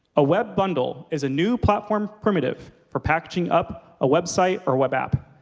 a web bundle is a new platform primitive for packaging up a website or web app.